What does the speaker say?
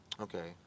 Okay